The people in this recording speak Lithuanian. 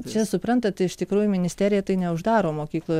čia suprantat iš tikrųjų ministerija tai neuždaro mokyklų